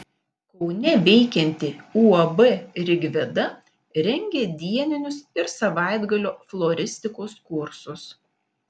kaune veikianti uab rigveda rengia dieninius ir savaitgalio floristikos kursus